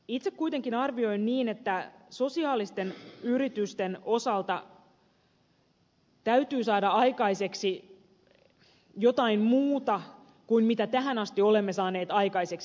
itse kuitenkin arvioin niin että sosiaalisten yritysten osalta täytyy saada aikaiseksi jotain muuta kuin mitä tähän asti olemme saaneet aikaiseksi